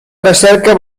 recerca